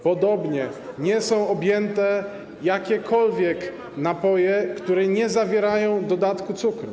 Podobnie nie są objęte jakiekolwiek napoje, które nie zawierają dodatku cukru.